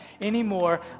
anymore